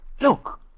Look